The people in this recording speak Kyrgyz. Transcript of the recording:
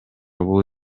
бул